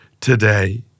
today